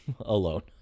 alone